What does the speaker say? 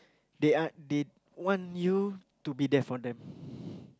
they are they want you to be there for them